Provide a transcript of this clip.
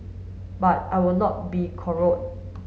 but I will not be